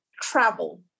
travel